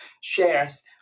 shares